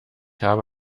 habe